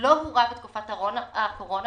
לא הורע בתקופת הקורונה,